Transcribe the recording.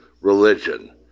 religion